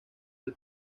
del